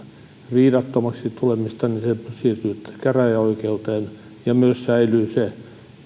riidattomaksi tulemista niin se siirtyy käräjäoikeuteen ja myös säilyy se että